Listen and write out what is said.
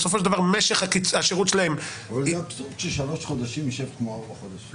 זה אבסורד שמי שקיבל שלושה חודשים ישב כמו ארבעה חודשים.